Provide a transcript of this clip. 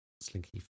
Slinky